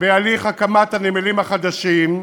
בהליך הקמת הנמלים החדשים,